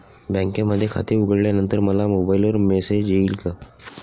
बँकेमध्ये खाते उघडल्यानंतर मला मोबाईलवर मेसेज येईल का?